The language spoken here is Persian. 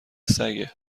سگه